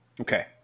Okay